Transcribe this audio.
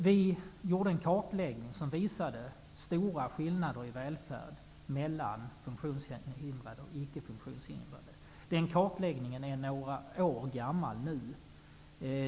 Vi gjorde en kartläggning som visade stora skillnader i välfärd mellan funktionshindrade och icke funktionshindrade. Denna kartläggning är nu några år gammal.